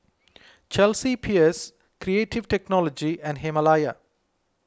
Chelsea Peers Creative Technology and Himalaya